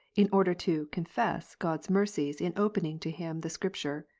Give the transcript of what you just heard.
in order to confess god's mercies in opening to him the scripture.